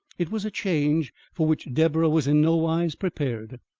it was a change for which deborah was in no wise prepared.